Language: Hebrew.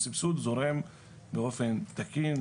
הסבסוד זורם באופן תקין,